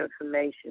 information